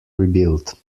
rebuilt